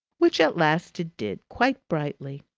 which at last it did, quite brightly.